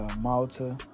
Malta